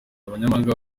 abanyamahanga